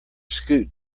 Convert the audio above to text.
scoot